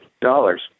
dollars